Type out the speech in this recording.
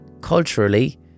culturally